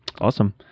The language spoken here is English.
Awesome